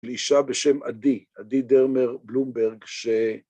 לאישה בשם אדי, אדי דרמר בלומברג, ש...